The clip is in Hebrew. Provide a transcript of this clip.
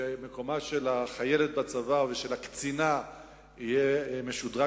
שמקומה של החיילת בצבא ושל הקצינה יהיה משודרג